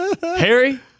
Harry